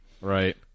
right